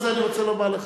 אני רוצה לומר לך,